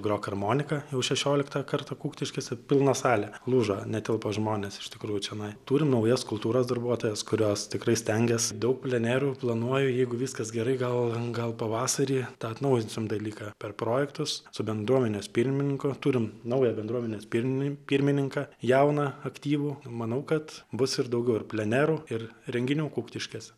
grok armonika jau šešioliktą kartą kuktiškėse pilna salė lūžo netilpo žmonės iš tikrųjų čionai turim naujas kultūros darbuotojas kurios tikrai stengias daug plenerų planuoju jeigu viskas gerai gal gal pavasarį tą atnaujinsim dalyką per projektus su bendruomenės pirmininku turim naują bendruomenės pirminin pirmininką jauną aktyvų manau kad bus ir daugiau ir plenerų ir renginių kuktiškėse